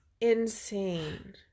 insane